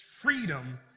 freedom